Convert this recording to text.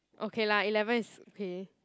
okay lah eleven is okay